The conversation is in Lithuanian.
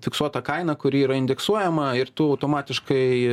fiksuotą kainą kuri yra indeksuojama ir tu automatiškai